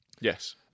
Yes